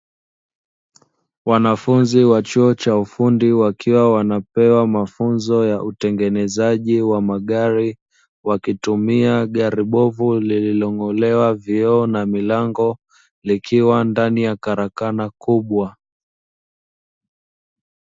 Wanafunzi wa chuo cha ufundi wakiwa wanapewa mafunzo ya utengenezaji wa magari, wakitumia gari bovu lililong'olewa vioo na milango likiwa ndani ya karakana kubwa.